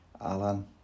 Alan